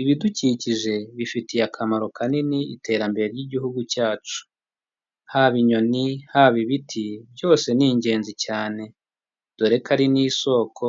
Ibidukikije bifitiye akamaro kanini, iterambere ry'igihugu cyacu. Haba inyoni, haba ibiti, byose ni ingenzi cyane. Dore ko ari n'isoko,